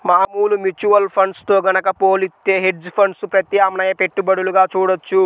మామూలు mutual funds తో గనక పోలిత్తే హెడ్జ్ ఫండ్స్ ప్రత్యామ్నాయ పెట్టుబడులుగా చూడొచ్చు